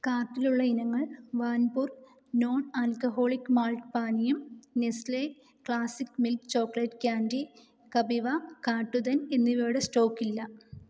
കാർട്ടിലുള്ള ഇനങ്ങൾ വാൻ പ്യൂർ നോൺ ആൽക്കഹോളിക് മാൾട്ട് പാനീയം Nestle classic milk chocolate candy Kapiva കാട്ടുതേൻ എന്നിവയുടെ സ്റ്റോക്ക് ഇല്ല